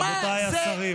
רבותיי השרים.